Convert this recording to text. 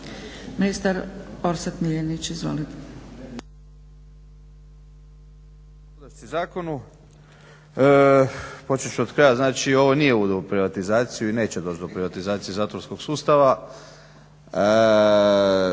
Ministar Orsat Miljenić. Izvolite.